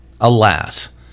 Alas